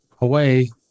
away